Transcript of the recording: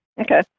Okay